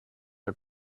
are